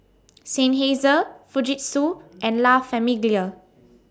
Seinheiser Fujitsu and La Famiglia